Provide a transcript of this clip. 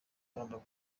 bakundaga